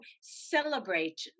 celebrate